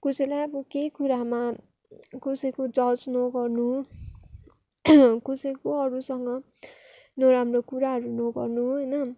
कसैलाई अब केही कुरामा कसैको जज नगर्नु कसैको अरूसँग नराम्रो कुराहरू नगर्नु होइन